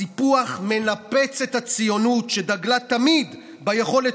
הסיפוח מנפץ את הציונות שדגלה תמיד ביכולת